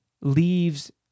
leaves